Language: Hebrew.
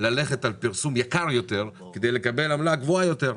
ללכת על פרסום יקר יותר כדי לקבל עמלה גבוהה יותר.